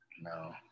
No